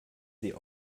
sie